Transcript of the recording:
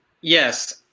Yes